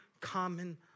common